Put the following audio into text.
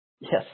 Yes